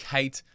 Kate